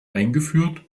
eingeführt